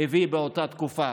הביא באותה תקופה.